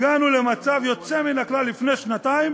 הגענו למצב יוצא מן הכלל לפני שנתיים,